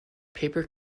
paper